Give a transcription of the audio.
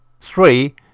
Three